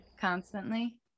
Constantly